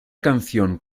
canción